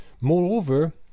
Moreover